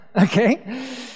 okay